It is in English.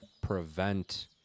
prevent